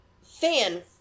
fan